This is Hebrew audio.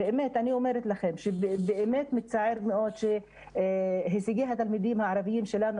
באמת מצער שהישגי התלמידים הערבים שלנו